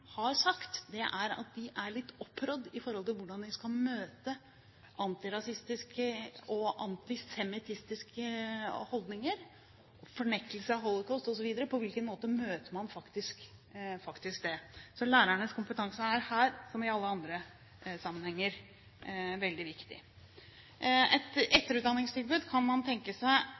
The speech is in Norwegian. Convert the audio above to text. har sagt, er at de er litt opprådd i forhold til hvordan de skal møte antirasistiske og antisemittistiske holdninger, fornektelse av holocaust osv. På hvilken måte møter man faktisk det? Lærernes kompetanse er her, som i alle andre sammenhenger, veldig viktig. Et etterutdanningstilbud kan man tenke seg